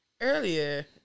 earlier